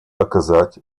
оказывать